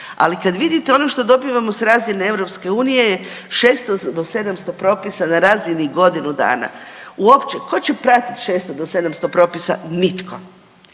Ali kad vidite ono što dobivamo s razine EU je 600 do 700 propisa na razini godinu dana. Uopće tko će pratiti 600 do 700 propisa? Nitko.